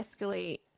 escalate